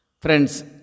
Friends